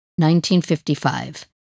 1955